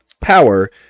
power